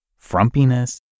frumpiness